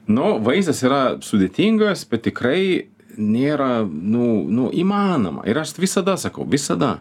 nu vaizdas yra sudėtingas bet tikrai nėra nu nu įmanoma ir aš visada sakau visada